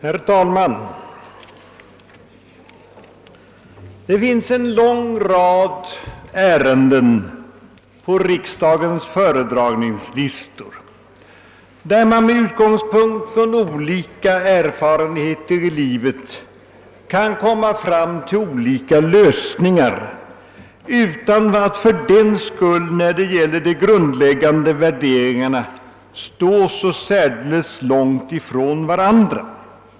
Herr talman! Det finns en lång rad ärenden på riksdagens föredragningslistor där man med utgångspunkt från olika erfarenheter i livet kan komma fram till olika lösningar utan att fördenskull i fråga om de grundläggande värderingarna stå särdeles långt ifrån varandra.